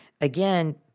Again